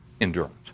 Endurance